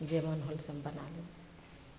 जे मोन होल से बना लेलहुँ